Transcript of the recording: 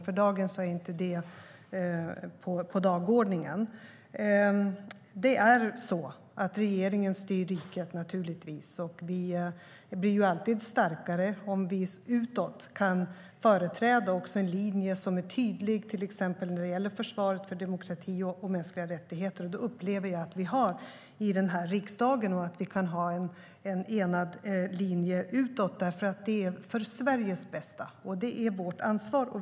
För dagen är inte det på dagordningen. Det är naturligtvis så att regeringen styr riket. Vi blir alltid starkare om vi också utåt kan företräda en linje som är tydlig när det gäller till exempel försvaret för demokrati och mänskliga rättigheter. Jag upplever att vi har det i den här riksdagen och att vi kan ha en enad linje utåt. Det är för Sveriges bästa, och det är vårt ansvar.